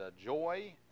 joy